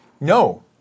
No